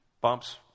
bumps